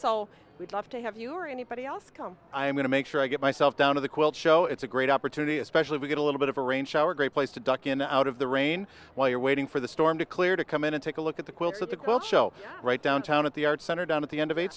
so we'd love to have you or anybody else come i'm going to make sure i get myself down to the quilt show it's a great opportunity especially we get a little bit of a rain shower great place to duck in and out of the rain while you're waiting for the storm to clear to come in and take a look at the quilts at the quilt show right downtown at the art center down at the end of e